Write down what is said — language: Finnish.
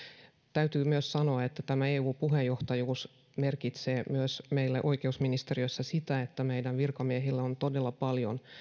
täytyy myös sanoa että tämä eu puheenjohtajuus merkitsee myös meille oikeusministeriössä sitä että meidän virkamiehillä on todella paljon